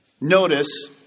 Notice